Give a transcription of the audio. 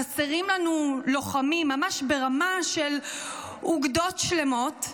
חסרים לנו לוחמים ממש ברמה של אוגדות שלמות,